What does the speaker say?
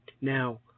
Now